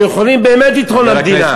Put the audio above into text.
שיכולים באמת לתרום למדינה.